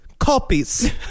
copies